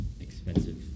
expensive